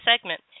segment